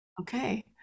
Okay